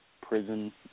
prison